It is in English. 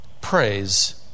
Praise